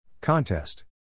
Contest